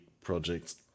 projects